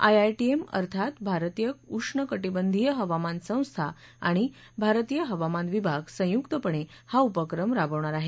IITM अर्थात भारतीय उष्णकटीबंधीय हवामान संस्था आणि भारतीय हवामान विभाग संयूकपणे हा उपक्रम राबवणार आहेत